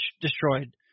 destroyed